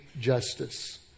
justice